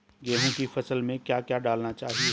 गेहूँ की फसल में क्या क्या डालना चाहिए?